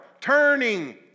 turning